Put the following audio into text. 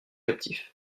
captif